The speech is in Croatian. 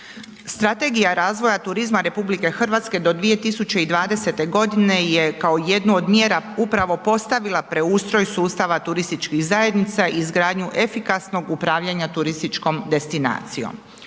Strategija razvoja turizma RH do 2020. g. je kao jednu od mjera upravo postavila preustroj sustava turističkih zajednica i izgradnju efikasnog upravljanja turističkom destinacijom.